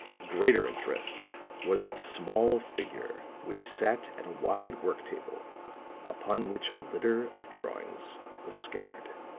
of greater interest was the small figure which sat at a wide work-table upon which a litter of drawings was scattered.